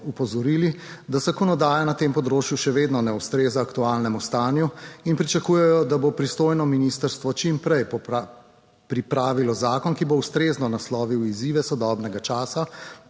opozorili, da zakonodaja na tem področju še vedno ne ustreza aktualnemu stanju in pričakujejo, da bo pristojno ministrstvo čim prej pripravilo zakon, ki bo ustrezno naslovil izzive sodobnega časa,